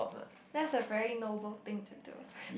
that's a very noble thing to do